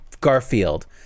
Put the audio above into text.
garfield